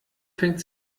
fängt